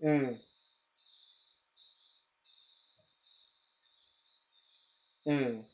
mm mm